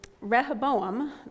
Rehoboam